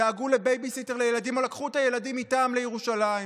דאגו לבייביסיטר לילדים או לקחו את הילדים איתם לירושלים,